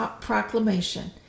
proclamation